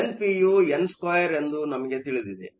N P U n2 ಎಂದು ನಮಗೂ ತಿಳಿದಿದೆ